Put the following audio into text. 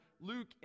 Luke